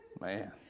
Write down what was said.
Man